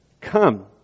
come